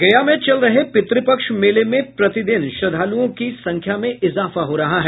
गया में चल रहे पितृपक्ष मेले मे प्रतिदिन श्रद्धालुओं की संख्या मे ईजाफा हो रहा है